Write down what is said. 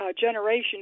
generation